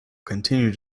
continue